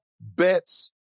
bets